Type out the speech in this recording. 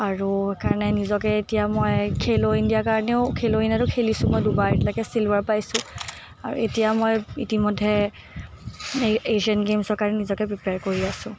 আৰু সেইকাৰণে নিজকে এতিয়া মই খেলৌ ইণ্ডিয়াৰ কাৰণেও খেলৌ ইণ্ডিয়াতো মই খেলিছোঁ এতিয়ালৈকে দুবাৰ ছিলভাৰ পাইছোঁ আৰু এতিয়া মই ইতিমধ্যে এছিয়ান গেমছৰ কাৰণে নিজকে প্ৰিপিয়াৰ কৰি আছোঁ